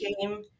came